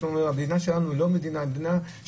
המדינה שלנו היא לא מדינה רגילה,